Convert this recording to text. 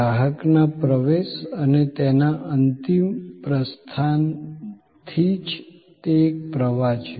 ગ્રાહકના પ્રવેશ અને તેના અંતિમ પ્રસ્થાનથી જ તે એક પ્રવાહ છે